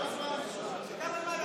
כמה זמן?